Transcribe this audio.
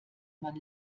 man